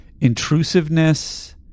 intrusiveness